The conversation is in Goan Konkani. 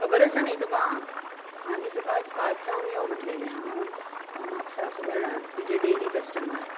खबर आसा न्ही तुका आमी तुका पांचांक यो म्हटलेले आ हांव म्हापसा आसा सुर्वणान तुजें डेली कस्टमर